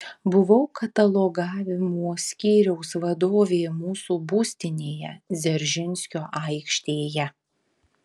buvau katalogavimo skyriaus vadovė mūsų būstinėje dzeržinskio aikštėje